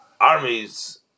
Armies